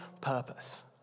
purpose